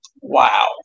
Wow